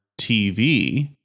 TV